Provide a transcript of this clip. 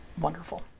wonderful